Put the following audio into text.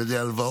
על ידי הלוואות,